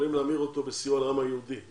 יכולים להמיר אותו לסיוע לעם היהודי.